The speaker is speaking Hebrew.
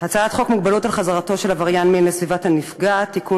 הצעת חוק מגבלות על חזרתו של עבריין מין לסביבת הנפגעת (תיקון,